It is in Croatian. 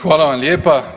Hvala vam lijepa.